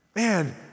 man